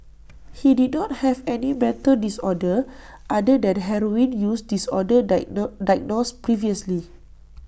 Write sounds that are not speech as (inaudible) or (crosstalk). he did not have any mental disorder other than heroin use disorder (unintelligible) diagnosed previously